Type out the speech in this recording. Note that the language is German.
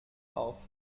auf